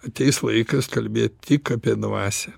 ateis laikas kalbėt tik apie dvasią